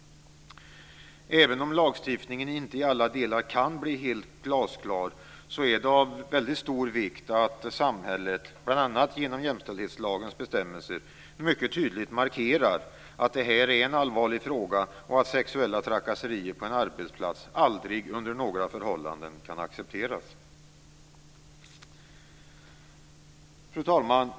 Även om lagstiftningen inte i alla delar kan bli helt glasklar är det av väldigt stor vikt att samhället, bl.a. genom jämställdhetslagens bestämmelser, mycket tydligt markerar att det är en allvarlig fråga och att sexuella trakasserier på en arbetsplats aldrig under några förhållanden kan accepteras. Fru talman!